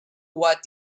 what